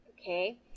Okay